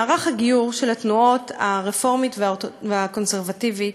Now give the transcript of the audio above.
מערך הגיור של התנועות הרפורמית והקונסרבטיבית